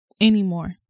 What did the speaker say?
anymore